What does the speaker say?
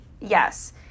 yes